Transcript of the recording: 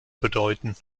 bedeuten